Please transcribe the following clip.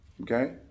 Okay